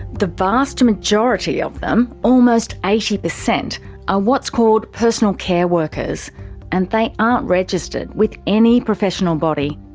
the vast majority of them almost eighty percent are what's called personal care workers and they aren't registered with any professional body.